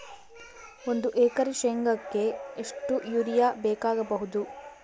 ಒಂದು ಎಕರೆ ಶೆಂಗಕ್ಕೆ ಎಷ್ಟು ಯೂರಿಯಾ ಬೇಕಾಗಬಹುದು?